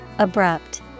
abrupt